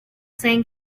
saying